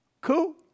Cool